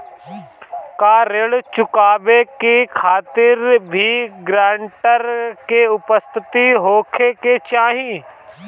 का ऋण चुकावे के खातिर भी ग्रानटर के उपस्थित होखे के चाही?